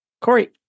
Corey